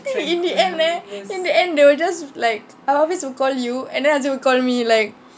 think in the end eh in the end they will just like abang hafiz will call you and then hazim will call me like